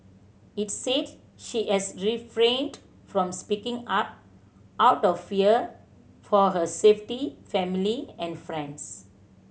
it said she has refrained from speaking up out of fear for her safety family and friends